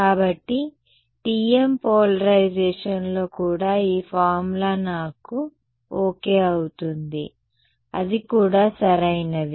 కాబట్టి TM పోలరైజేషన్లో కూడా ఈ ఫార్ములా నాకు ఓకే అవుతుంది అది కూడా సరైనదే